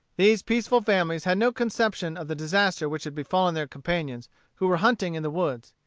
these peaceful families had no conception of the disaster which had befallen their companions who were hunting in the woods.